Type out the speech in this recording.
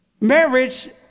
Marriage